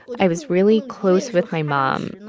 i was really close with my mom.